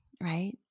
right